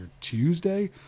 Tuesday